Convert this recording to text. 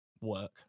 work